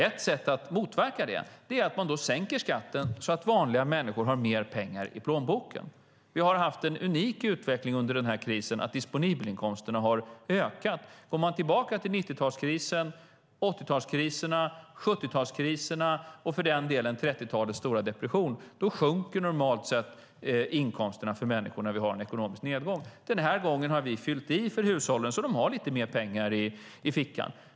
Ett sätt att motverka det är att sänka skatten så att vanliga människor har mer pengar i plånboken. Vi har under den här krisen haft en unik utveckling genom att disponibelinkomsterna ökat. Går vi tillbaka till 90-talskrisen, 80-talskriserna, 70-talskriserna och för den delen 30-talets stora depression ser vi att inkomsterna sjönk. Normalt sjunker inkomsterna när vi har en ekonomisk nedgång. Den här gången har vi fyllt på för hushållen så att de har lite mer pengar i fickan.